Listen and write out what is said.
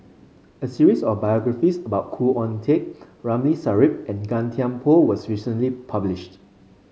a series of biographies about Khoo Oon Teik Ramli Sarip and Gan Thiam Poh was recently published